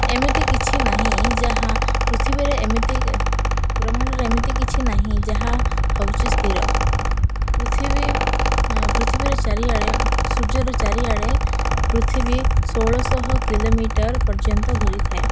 ଏମିତି କିଛି ନାହିଁ ଯାହା ପୃଥିବୀରେ ଏମିତି ବ୍ରହ୍ମାଣ୍ଡରେ ଏମିତି କିଛି ନାହିଁ ଯାହା ହେଉଛି ସ୍ଥିର ପୃଥିବୀ ପୃଥିବୀର ଚାରିଆଡ଼େ ସୂର୍ଯ୍ୟର ଚାରିଆଡ଼େ ପୃଥିବୀ ଷୋହଳଶହ କିଲୋମିଟର ପର୍ଯ୍ୟନ୍ତ ଘୁରିଥାଏ